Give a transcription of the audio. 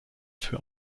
für